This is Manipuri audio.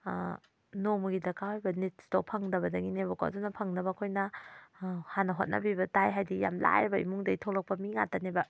ꯅꯣꯡꯃꯒꯤ ꯗꯔꯀꯥꯔ ꯑꯣꯏꯕ ꯅꯤꯗꯁꯇꯣ ꯐꯪꯗꯕꯗꯒꯤꯅꯦꯕꯀꯣ ꯑꯗꯨꯅ ꯐꯪꯅꯕ ꯑꯩꯈꯣꯏꯅ ꯍꯥꯟꯅ ꯍꯣꯠꯅꯕꯤꯕ ꯇꯥꯏ ꯍꯥꯏꯗꯤ ꯌꯥꯝ ꯂꯥꯏꯔꯕ ꯏꯃꯨꯡꯗꯩ ꯊꯣꯛꯂꯛꯄ ꯃꯤ ꯉꯥꯛꯇꯅꯦꯕ